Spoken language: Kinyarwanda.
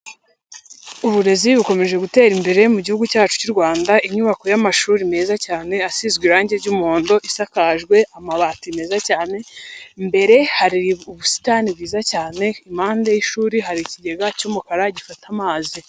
Uburezi bukomeje gutera imbere mu gihugu cyacu cy'u Rwanda, inyubako y'amashuri meza cyane asizwe irangi ry'umuhondo, isakajwe amabati meza cyane, imbere hari ubusitani bwiza cyane, impande y'ishuri hari ikigega cy'umukara gifata amazi.